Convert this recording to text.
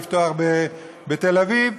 לפתוח בתל אביב,